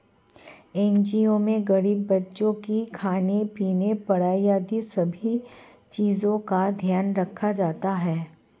NGO में गरीब बच्चों के खाने पीने, पढ़ाई आदि सभी चीजों का ध्यान रखा जाता है